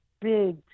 big